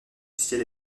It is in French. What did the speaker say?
logiciel